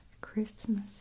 Christmas